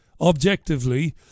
objectively